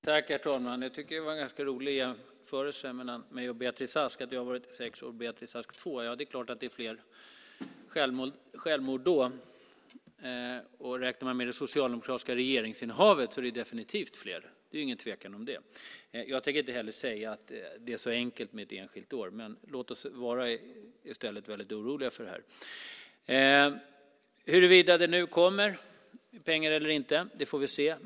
Herr talman! Jag tycker att det var en ganska rolig jämförelse mellan mig och Beatrice Ask. Jag har varit justitieminister i sex år och Beatrice Ask i två år. Det är klart att det blir fler självmord då. Räknar man med det socialdemokratiska regeringsinnehavet är det definitivt fler. Det är ingen tvekan om det. Jag tänker inte säga att det är så enkelt som att titta på ett enskilt år. Låt oss i stället vara väldigt oroliga för detta. Huruvida det nu kommer pengar eller inte får vi se.